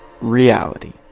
reality